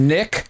Nick